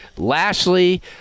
Lashley